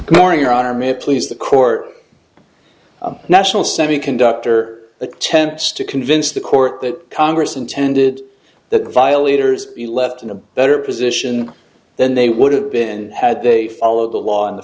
morning your honor may it please the court national semiconductor attempts to convince the court that congress intended that violators be left in a better position than they would have been had they followed the law in the